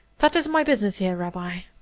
that is my business here, rabbi.